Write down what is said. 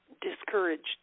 discouraged